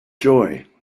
joy